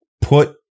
put